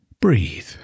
breathe